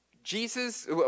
Jesus